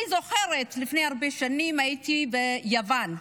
אני זוכרת שלפני הרבה שנים הייתי ביוון.